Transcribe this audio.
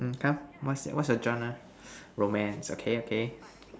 mm come what's what's your genre romance okay okay